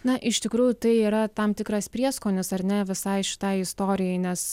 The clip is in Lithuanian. na iš tikrųjų tai yra tam tikras prieskonis ar ne visai šitai istorijai nes